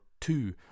two